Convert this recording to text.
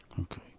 Okay